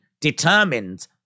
determined